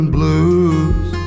Blues